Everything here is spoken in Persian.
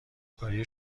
کاری